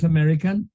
American